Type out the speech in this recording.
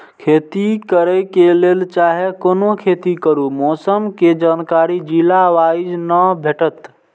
खेती करे के लेल चाहै कोनो खेती करू मौसम के जानकारी जिला वाईज के ना भेटेत?